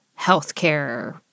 Healthcare